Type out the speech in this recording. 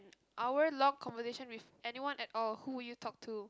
hour long conversation with anyone at all who will you talk to